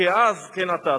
כאז כן עתה.